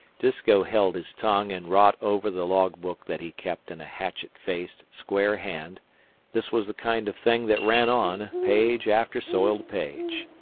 disko held his tongue, and wrought over the log-book that he kept in a hatchet-faced, square hand this was the kind of thing that ran on, page after soiled page